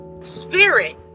spirit